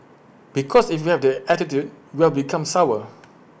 because if you have that attitude you will become sour